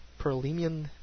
Perlemian